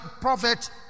prophet